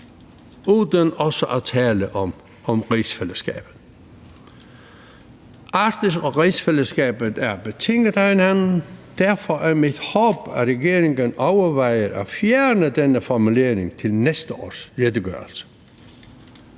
uden også at tale om rigsfællesskabet. Arktis og rigsfællesskabet er betinget af hinanden. Derfor er mit håb, at regeringen overvejer at fjerne denne formulering til næste års redegørelse.